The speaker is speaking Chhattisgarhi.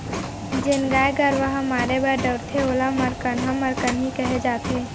जेन गाय गरूवा ह मारे बर दउड़थे ओला मरकनहा मरकनही कहे जाथे